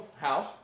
house